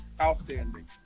outstanding